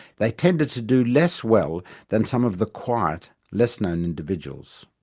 they tended to do less well than some of the quiet, less known individuals.